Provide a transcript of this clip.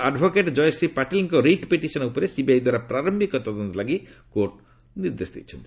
advocate Jayashree ପାଟିଲଙ୍କ writ petition ଉପରେ CBI ଦ୍ୱାରା ପାରମ୍ଭିକ ତଦନ୍ତ ଲାଗି କୋର୍ଟ ନିର୍ଦ୍ଦେଶ ଦେଇଛନ୍ତି